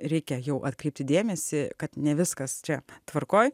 reikia jau atkreipti dėmesį kad ne viskas čia tvarkoj